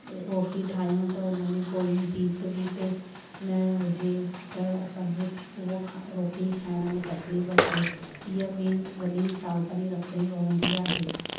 अ रोटी ठाहियूं त उनमें कोई जीत वीत न हुजे त असांखे उहो ख रोटी खाइण में तकलीफ़ थिए इहा मेन वॾी सावधानी रखणी पवंदी आहे